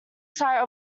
site